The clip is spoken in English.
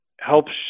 helps